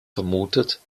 vermutet